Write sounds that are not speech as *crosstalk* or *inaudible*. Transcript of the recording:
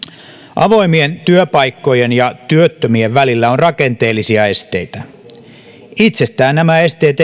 avoimien työpaikkojen ja työttömien välillä on rakenteellisia esteitä itsestään nämä esteet *unintelligible*